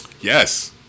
Yes